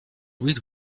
with